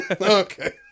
okay